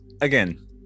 again